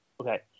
Okay